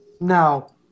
Now